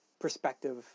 perspective